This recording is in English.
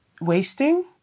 wasting